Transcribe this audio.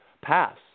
pass